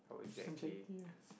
Jackie ah